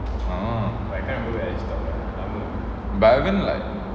but I haven't like